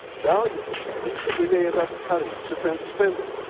now you're complaining that we may end up cutting defense spending.